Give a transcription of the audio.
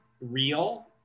real